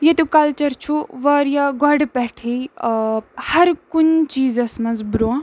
ییٚتیُک کَلچَر چھُ واریاہ گۄڈٕ پٮ۪ٹھٕے ہرکُنہِ چیٖزَس منٛز بروںٛہہ